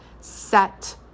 set